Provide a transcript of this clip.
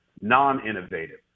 non-innovative